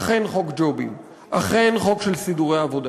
אכן חוק ג'ובים, אכן חוק של סידורי עבודה,